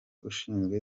ushinzwe